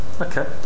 Okay